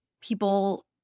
people